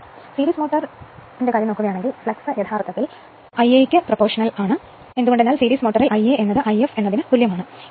series motor flux യഥാർത്ഥത്തിൽ Ia ലേക്ക് professional ആയതിനാൽ പരമ്പര മോട്ടോർ Ia If